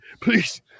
Please